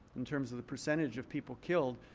in terms of the percentage of people killed.